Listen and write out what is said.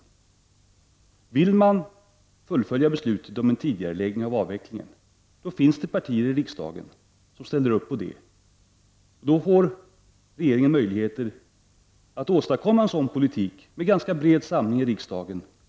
Om regeringen vill fullfölja beslutet om en tidigareläggning av avvecklingen finns det partier i riksdagen som ställer sig bakom detta. Regeringen får med stöd av de partierna möjlighet att åstadkomma en sådan politik med en ganska bred samling i riksdagen.